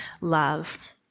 love